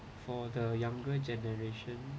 for the younger generation